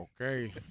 Okay